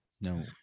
No